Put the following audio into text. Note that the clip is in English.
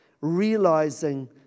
realizing